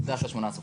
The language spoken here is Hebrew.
זה אחרי 18 חודשים.